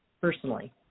personally